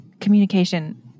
communication